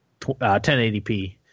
1080p